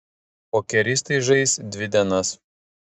pokeristai žais dvi dienas